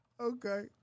Okay